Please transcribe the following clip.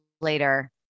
later